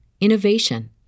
innovation